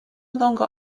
longer